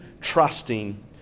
trusting